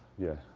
yeah.